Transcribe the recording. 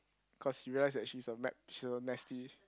cause he realise that she's a map she's a nasty